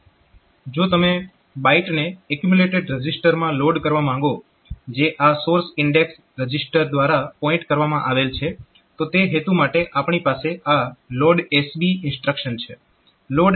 જો તમે બાઈટને એક્યુમ્યુલેટેડ રજીસ્ટર માં લોડ કરવા માંગો જે આ સોર્સ ઈન્ડેક્સડ રજીસ્ટર દ્વારા પોઇન્ટ કરવામાં આવેલ છે તો તે હેતુ માટે આપણી પાસે આ LODSB ઇન્સ્ટ્રક્શન છે